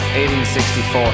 1864